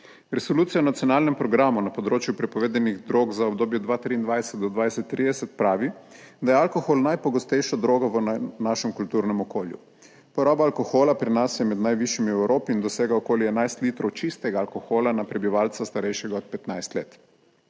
Resolucija o nacionalnem programu na področju prepovedanih drog za obdobje 2023 do 2030 pravi, da je alkohol najpogostejša droga v našem kulturnem okolju. Poraba alkohola pri nas je med najvišjimi v Evropi in dosega okoli 11 litrov čistega alkohola na prebivalca starejšega od 15 let.